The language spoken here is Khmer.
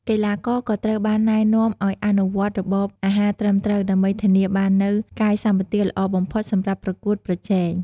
កីឡាករក៏ត្រូវបានណែនាំឱ្យអនុវត្តរបបអាហារត្រឹមត្រូវ ដើម្បីធានាបាននូវកាយសម្បទាល្អបំផុត សម្រាប់ប្រកួតប្រជែង។